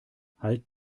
halt